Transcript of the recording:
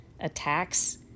attacks